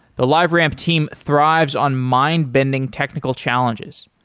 the liveramp team thrives on mind-bending technical challenges.